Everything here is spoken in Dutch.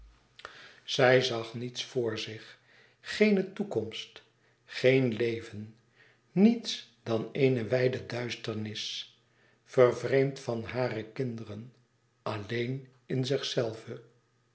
zij zag niets voor zich geene toekomst geen leven niets dan éene wijde duisternis vervreemd van hare kinderen alleen in zichzelve